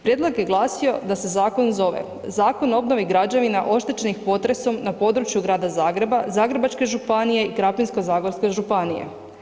Prijedlog je glasio da se zakon zove, Zakon o obnovi građevina oštećenih potresom na području Grada Zagreba, Zagrebačke županije i Krapinsko-zagorske županije.